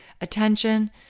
attention